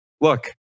look